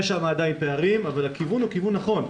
יש שם עדיין פערים אבל הכיוון הוא כיוון נכון.